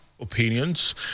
opinions